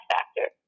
Factor